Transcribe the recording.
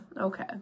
okay